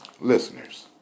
listeners